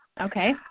Okay